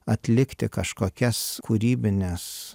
atlikti kažkokias kūrybines